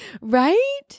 Right